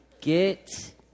Get